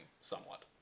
somewhat